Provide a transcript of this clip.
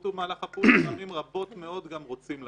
ימותו במהלך הפעולה, פעמים רבות גם רוצים למות.